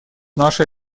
нашей